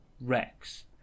Rex